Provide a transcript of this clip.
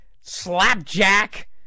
Slapjack